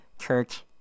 church